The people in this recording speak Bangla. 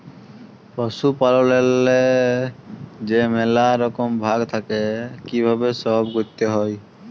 পশুপাললেল্লে যে ম্যালা রকম ভাগ থ্যাকে কিভাবে সহব ক্যরতে হয়